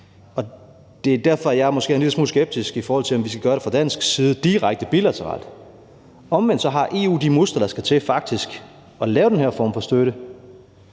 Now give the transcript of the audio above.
Det er derfor, jeg måske er en lille smule skeptisk, i forhold til om vi dansk side skal gøre det fra direkte bilateralt. Omvendt har EU de muskler, der skal til for faktisk at lave den her form for støtte,